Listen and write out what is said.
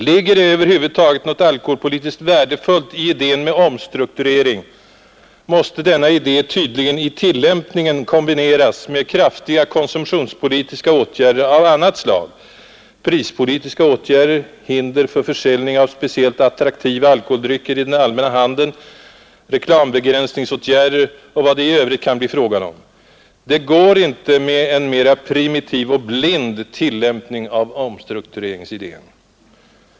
Ligger det över huvud taget något alkoholpolitiskt värdefullt i idén med omstrukturering, måste denna idé tydligen i tillämpningen kombineras med kraftiga konsumtionspolitiska åtgärder av annat slag — prispolitiska åtgärder, hinder för försäljning av speciellt attraktiva alkoholdrycker i den allmänna handeln, reklambegränsningsåtgärder och vad det i övrigt kan bli fråga om. Det går inte med en mera primitiv och blind tillämpning av omstruktureringsidén.